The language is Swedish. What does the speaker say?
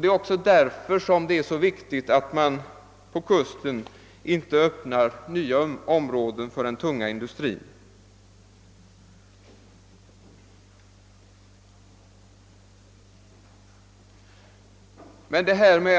Det är också av den anledningen det är så viktigt att man inte utmed kusten öppnar nya områden för den tunga industrin.